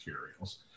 materials